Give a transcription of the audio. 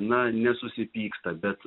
na nesusipyksta bet